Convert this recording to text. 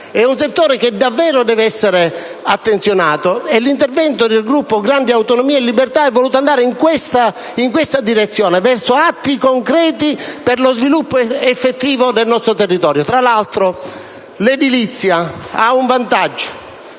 È un settore che deve essere attenzionato, e l'intervento del Gruppo Grandi Autonomie e Libertà è voluto andare in questa direzione, verso cioè atti concreti per lo sviluppo effettivo del nostro territorio. L'edilizia ha inoltre un vantaggio,